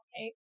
okay